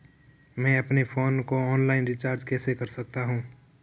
मैं अपने फोन को ऑनलाइन रीचार्ज कैसे कर सकता हूं?